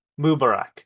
Mubarak